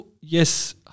Yes